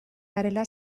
garela